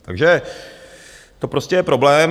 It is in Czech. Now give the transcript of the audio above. Takže to prostě je problém.